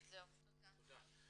תודה.